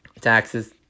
Taxes